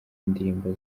indirimbo